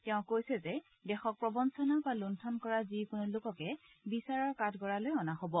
তেওঁ কৈছে যে দেশক প্ৰৱঞ্চনা বা লুণ্ঠন কৰা যিকোনো লোককে বিচাৰৰ কাঠগড়ালৈ অনা হ'ব